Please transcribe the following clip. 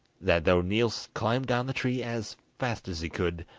that though niels climbed down the tree as fast as he could,